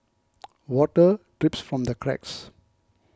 water drips from the cracks